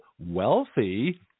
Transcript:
wealthy